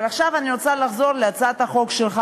עכשיו אני רוצה בכל זאת לחזור להצעת החוק שלך,